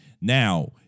Now